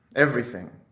everything.